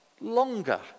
longer